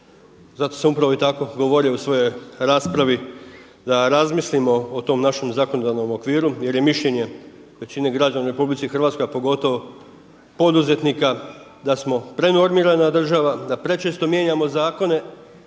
Zato sam upravo tak i govorio u svojoj raspravi da razmislimo o tom našem zakonodavnom okviru jer je mišljenje većine građana u RH, a pogotovo poduzetnika da smo prenormirana država, da prečesto mijenjamo zakone